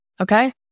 Okay